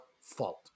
fault